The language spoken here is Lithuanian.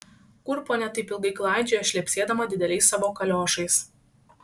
kur ponia taip ilgai klaidžiojo šlepsėdama dideliais savo kaliošais